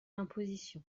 imposition